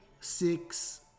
six